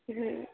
ହୁଁ